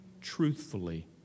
truthfully